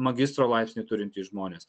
magistro laipsnį turintys žmonės